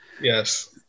Yes